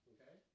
Okay